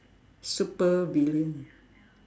supervillain